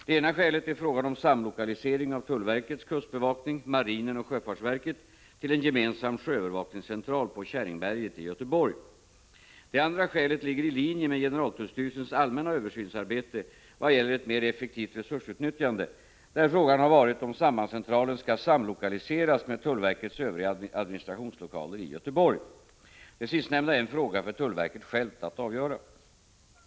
Det ena skälet är frågan om samlokalisering av tullverkets kustbevakning, marinen och sjöfartsverket till en gemensam sjöövervakningscentral på Käringberget i Göteborg. Det andra skälet ligger i linje med generaltullstyrelsens allmänna översynsarbete vad gäller ett mer effektivt resursutnyttjande, där frågan har varit om sambandscentralen skall samlokaliseras med tullverkets övriga administra tionslokaler i Göteborg. Det sistnämnda är en fråga för tullverket självt att Prot. 1985/86:39 avgöra.